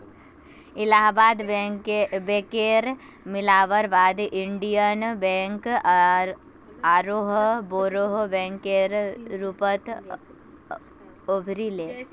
इलाहाबाद बैकेर मिलवार बाद इन्डियन बैंक आरोह बोरो बैंकेर रूपत उभरी ले